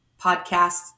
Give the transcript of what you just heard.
podcasts